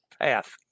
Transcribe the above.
path